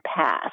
passed